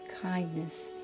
kindness